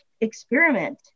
experiment